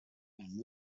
and